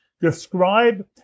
describe